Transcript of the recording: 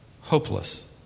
hopeless